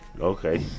Okay